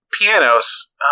pianos